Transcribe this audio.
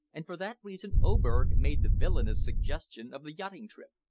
and for that reason oberg made the villainous suggestion of the yachting trip.